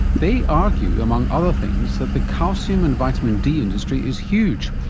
they argue, among other things, that the calcium and vitamin d industry is huge,